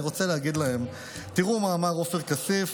רוצה להגיד להם: תראו מה אמר עופר כסיף